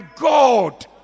God